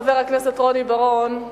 חבר הכנסת רוני בר-און,